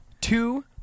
two